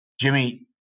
Jimmy